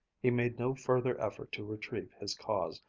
he made no further effort to retrieve his cause,